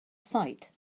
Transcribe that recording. site